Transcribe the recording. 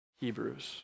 Hebrews